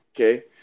okay